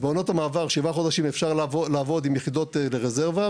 לכן היה נכון להפסיק תמיד את היחידות הגזיות כשהפחם הוא עומס הבסיס,